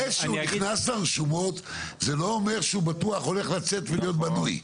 זה שהוא נכנס לרשומות זה לא אומר שהוא בטוח הולך לצאת ולהיות בנוי.